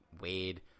wade